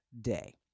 day